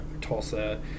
Tulsa